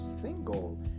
single